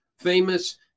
famous